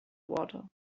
water